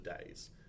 days